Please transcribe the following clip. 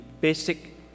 basic